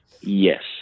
Yes